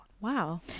Wow